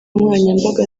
nkoranyambaga